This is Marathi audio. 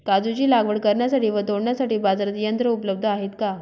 काजूची लागवड करण्यासाठी व तोडण्यासाठी बाजारात यंत्र उपलब्ध आहे का?